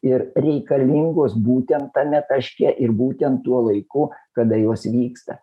ir reikalingos būtent tame taške ir būtent tuo laiku kada jos vyksta